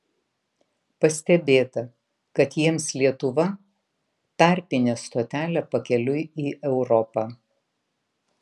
pastebėta kad jiems lietuva tarpinė stotelė pakeliui į europą